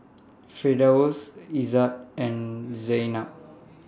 Firdaus Izzat and Zaynab